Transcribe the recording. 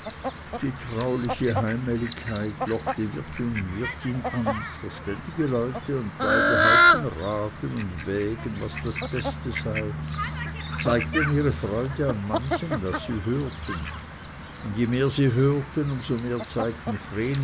die trauliche heimeligkeit lockte wirt und wirtin an verständige leute und beide halfen raten und wägen was das beste sei und zeigten ihre freude an manchem das sie hörten und je mehr sie hörten um so mehr zeigten